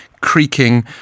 creaking